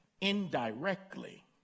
indirectly